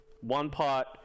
one-part